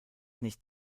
nicht